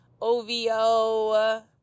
OVO